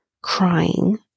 crying